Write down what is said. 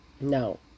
No